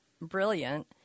brilliant